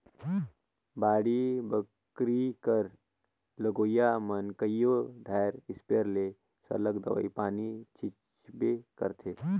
बाड़ी बखरी कर लगोइया मन कइयो धाएर इस्पेयर ले सरलग दवई पानी छींचबे करथंे